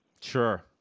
Sure